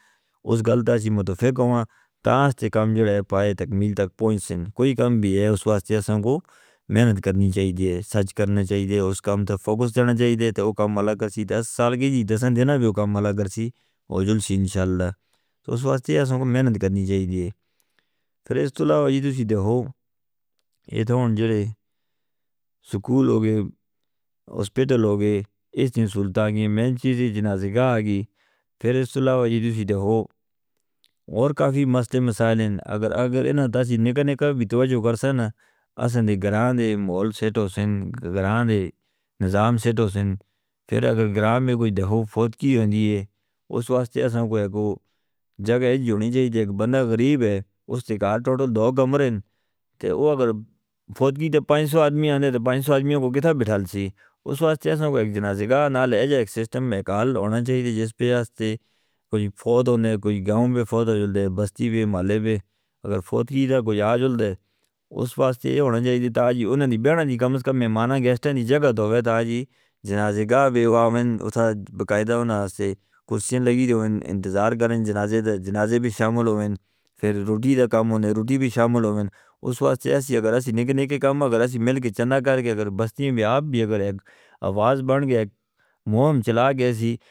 اس گل دا سی مدد فیکہ ہوں تاں اس تے کم جڑے پائے تکمیل تک پہنچن کوئی کم بھی ہے اس واسطے اساں کو محنت کرنی چاہی دی ہے سچ کرنا چاہی دی ہے اس کم تے فوکس کرنا چاہی دی ہے تے او کم ملا کرسی دس سال کی جی دسندینا بھی او کم ملا کرسی ہو جلنشین انشاءاللہ۔ تو اس واسطے اساں کو محنت کرنی چاہی دی ہے پھر اس تلاتی توسی دیکھو ایہ تو ہون جڑے سکول ہو گئے ہسپیٹل ہو گئے اتنی سلٹاں گئیں مین چیز ہے جنازہ گا آگئی پھر اس تلاتی توسی دیکھو اور کافی مسئلے مسائل ہیں۔ اگر اینا داستی نکنے کا بھی توجہ کرسا نا اساں دے گران دے محول سیٹ ہو سن گران دے نظام سیٹ ہو سن پھر اگر گران میں کوئی دیکھو فود کی ہوندی ہے اس واسطے اساں کو ایک جگہ جونی چاہیے۔ جیک بندہ غریب ہے اس دے کار ٹوٹل دو کمر ہیں تو وہ اگر فود کی تے پانچ سو آدمی آندے تے پانچ سو آدمیوں کو کتا بٹھال سی۔ اس واسطے اساں کو ایک جنازہ گا نال ایجہ ایک سسٹم میکال آنا چاہیے جس پہ اس تے کوئی فوت ہوندے کوئی گاؤں میں فوت ہو جندے بستی میں مالے میں اگر فوت کی دا کوئی آ جوندہ۔ اس واسطے ہونے چاہیے تا جی انہیں دی بیٹھانی کم از کم مہمانہ گیسٹانے جگہ دوئے تا جی جنازہ گا بے وہ آمن اتھا بقائدہ انہیں کشن لگی دوئے انتظار کریں جنازے بھی شامل ہوئیں پھر روٹی دا کام ہوندے روٹی بھی شامل ہوئیں۔ اس واسطے اس اگر اسیں نکنے کے کام اگر اسیں مل کے چندہ کر کے اگر بستی میں بھی آپ بھی اگر ایک آواز بن گیا ایک مورم چلا گیا سی.